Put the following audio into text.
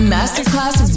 Masterclass